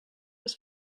was